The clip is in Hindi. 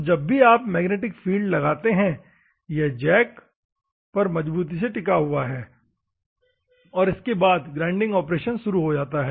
तो जब भी आप मैग्नेटिक फील्ड लगाते हैं यह जैक पर मजबूती से टिका हुआ है और इसके बाद ग्राइंडिंग ऑपरेशन शुरू हो जाता है